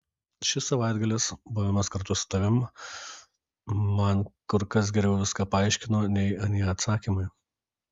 šis savaitgalis buvimas kartu su tavimi man kur kas geriau viską paaiškino nei anie atsakymai